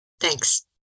thanks